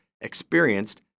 experienced